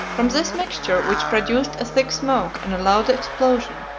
from this mixture, which produced a thick smoke and a loud explosion,